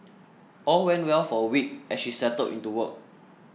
all went well for a week as she settled into work